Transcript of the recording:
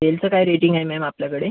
तेलाचं काय रेटींग आहे मॅम आपल्याकडे